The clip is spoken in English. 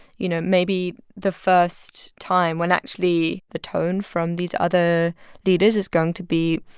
you know, maybe the first time when, actually, the tone from these other leaders is going to be